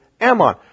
Ammon